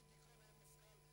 לפרוטוקול,